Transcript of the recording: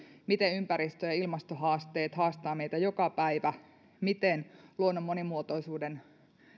miten ympäristö ja ilmastohaasteet haastavat meitä joka päivä miten luonnon monimuotoisuuden